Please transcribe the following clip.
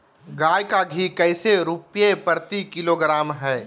गाय का घी कैसे रुपए प्रति किलोग्राम है?